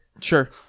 Sure